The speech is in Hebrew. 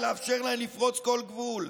ולאפשר להן לפרוץ כל גבול.